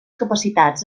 capacitats